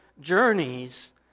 journeys